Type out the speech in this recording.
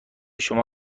شما